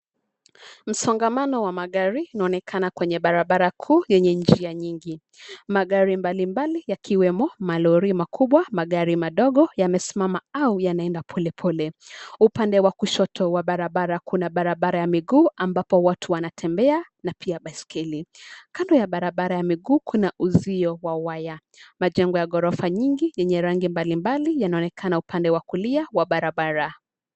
Msongamano wa magari unaonekana kwenye barabara kuu yenye njia nyingi. Magari mbalimbali yakiwemo malori makubwa, magari madogo, yamesimama au yanaenda pole pole. Upande wa kushoto wa barabara kuna barabara ya miguu ambapo watu wanatembea na pia baiskeli. Kando ya barabara ya miguu kuna uzio wa waya. Majengo ya gorofa nyingi yenye rangi mbalimbali yanaonekana upande wa kulia wa barabara.